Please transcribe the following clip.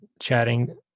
chatting